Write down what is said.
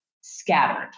scattered